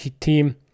team